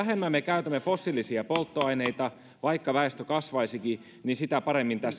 vähemmän me käytämme fossiilisia polttoaineita vaikka väestö kasvaisikin sitä paremmin